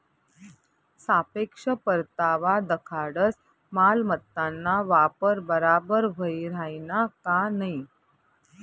सापेक्ष परतावा दखाडस मालमत्ताना वापर बराबर व्हयी राहिना का नयी